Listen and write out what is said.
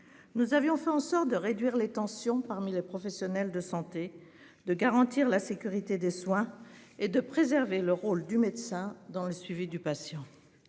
Nous avions fait en sorte de réduire les tensions parmi les professionnels de santé de garantir la sécurité des soins et de préserver le rôle du médecin dans le suivi du patient.